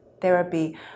therapy